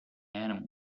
animals